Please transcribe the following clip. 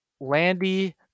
landy